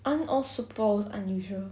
aren't all superpowers unusual